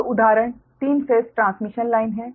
तो उदाहरण तीन फेस ट्रांसमिशन लाइन है